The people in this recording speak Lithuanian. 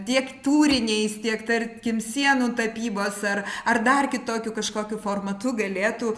tiek tūriniais tiek tarkim sienų tapybos ar ar dar kitokiu kažkokiu formatu galėtų